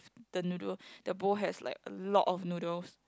the noodle the bowl has like a lot of noodles